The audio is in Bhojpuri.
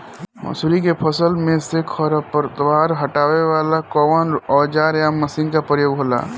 मसुरी के फसल मे से खरपतवार हटावेला कवन औजार या मशीन का प्रयोंग होला?